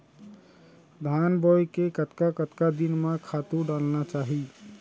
धान बोए के कतका कतका दिन म खातू डालना चाही?